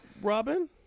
robin